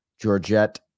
Georgette